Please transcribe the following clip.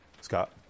Scott